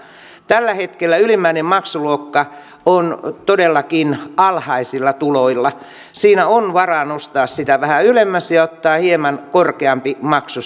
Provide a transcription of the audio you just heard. tällä hetkellä ylimmäinen maksuluokka on todellakin alhaisilla tuloilla siinä on varaa nostaa sitä vähän ylemmäs ja ottaa hieman korkeampi maksu